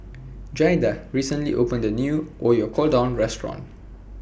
Jaida recently opened A New Oyakodon Restaurant